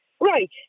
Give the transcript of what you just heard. Right